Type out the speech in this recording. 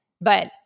But-